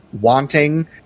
wanting